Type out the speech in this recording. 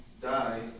die